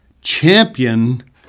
champion